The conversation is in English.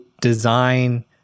design